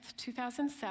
2007